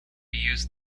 used